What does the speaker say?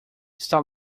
está